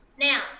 Now